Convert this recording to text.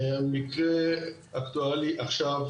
מקרה אקטואלי, עכשיו,